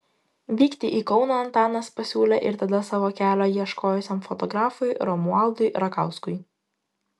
vykti į kauną antanas pasiūlė ir tada savo kelio ieškojusiam fotografui romualdui rakauskui